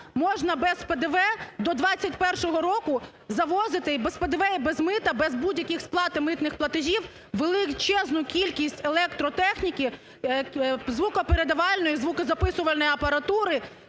можна без ПДВ до 21-го року завозити, і без ПДВ, і без мита, будь-якої сплати митних платежів, величезну кількість електротехніки, звукопередавальної, звукозаписувальної апаратури,